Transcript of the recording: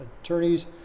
attorneys